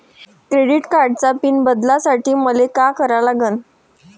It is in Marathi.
क्रेडिट कार्डाचा पिन बदलासाठी मले का करा लागन?